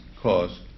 cause